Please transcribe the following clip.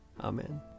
Amen